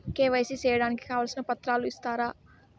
KYC సేయడానికి కావాల్సిన పత్రాలు ఇస్తారా?